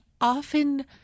often